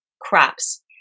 crops